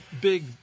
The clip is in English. big